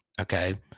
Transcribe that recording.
okay